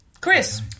Chris